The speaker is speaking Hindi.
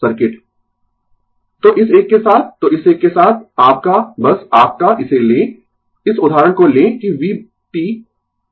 Refer Slide Time 3329 तो इस के साथ तो इस के साथ आपका बस आपका इसे लें इस उदाहरण को लें कि v t दिया गया है 100 sin 40 t इसका अर्थ है 100 sin ω t इसका अर्थ है ω 40 रेडियन प्रति सेकंड